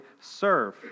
serve